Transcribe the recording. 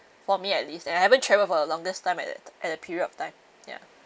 for me at least I haven't travelled for a longest time at that ti~ at that period of time ya